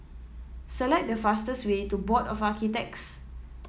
select the fastest way to Board of Architects